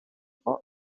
for